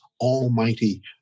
almighty